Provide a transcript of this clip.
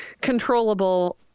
controllable